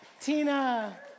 Tina